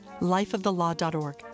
lifeofthelaw.org